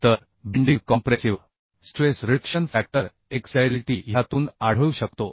तर bending compressive stress reduction factor xlt ह्यातून आढळू शकतो